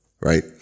Right